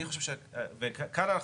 כאן,